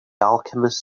alchemist